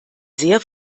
sehr